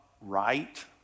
right